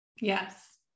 Yes